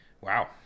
Wow